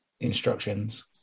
Instructions